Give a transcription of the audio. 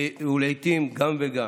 ולעיתים גם וגם.